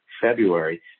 February